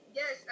yes